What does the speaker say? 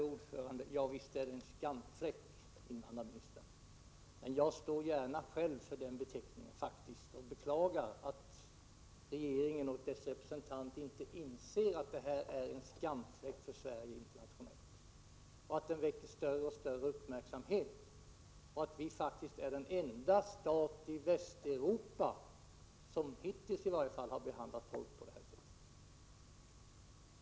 Herr talman! Visst är detta en skamfläck, invandrarministern. Men jag står faktiskt gärna själv för denna teckning och beklagar att regeringen och dess representanter inte inser att det verkligen är en skamfläck för Sverige internationellt och väcker allt större uppmärksamhet. Vi är i varje fall hittills faktiskt den enda stat i Västeuropa som har behandlat folk på detta sätt.